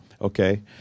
okay